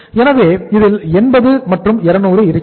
எனவே இதில் 80 மற்றும் 200 இருக்கிறது